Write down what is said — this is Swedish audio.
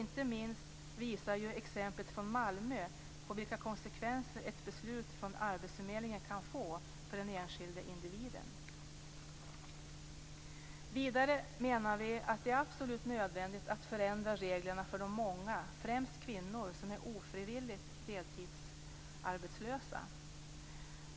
Inte minst visar exemplet från Malmö vilka konsekvenser ett beslut från arbetsförmedlingen kan få för den enskilde individen. Vidare menar vi att det är absolut nödvändigt att förändra reglerna för de många, främst kvinnor, som är ofrivilligt deltidsarbetslösa.